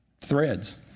threads